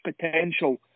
potential